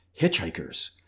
hitchhikers